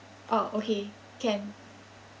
oh okay can